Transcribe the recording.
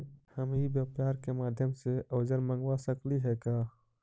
हम ई व्यापार के माध्यम से औजर मँगवा सकली हे का?